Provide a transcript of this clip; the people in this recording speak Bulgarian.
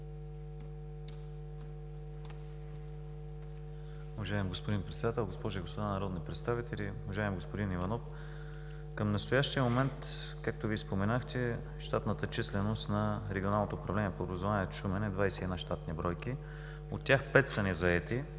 Уважаеми господин Председател, госпожи и господа народни представители! Уважаеми господин Иванов, към настоящия момент както Вие споменахте, щатната численост на Регионалното управление на образованието – Шумен, е 21 щатни бройки, от тях 5 са незаети.